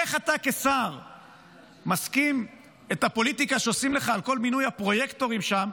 איך אתה כשר מסכים לפוליטיקה שעושים לך עם כל מינוי הפרויקטורים שם,